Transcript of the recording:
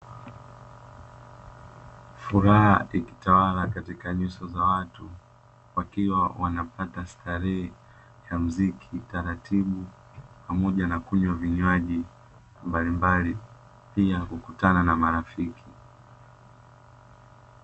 Furaha zikiwa zimetawala kwenye nyuso za watu, wakiwa wanapata starehe ya muziki taratibu, pamoja na kunywa vinywaji mbalimbali, pia kukutana na marafiki.